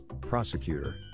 prosecutor